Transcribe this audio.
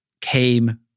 came